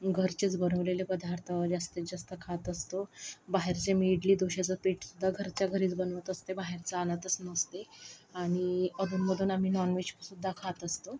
घरचेच बनवलेले पदार्थ जास्तीत जास्त खात असतो बाहेरचे मी इडली डोशाचं पीठसुद्धा घरच्या घरीच बनवत असते बाहेरचं आणतच नसते आणि अधून मधून आम्ही नॉनव्हेजसुद्धा खात असतो